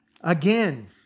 again